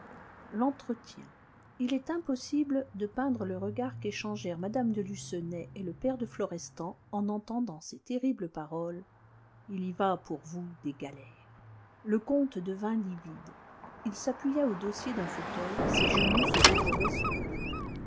l'entretien il est impossible de peindre le regard qu'échangèrent mme de lucenay et le père de florestan en entendant ces terribles paroles il y va pour vous des galères le comte devint livide il s'appuya au dossier d'un fauteuil ses genoux se dérobaient sous lui